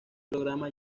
programa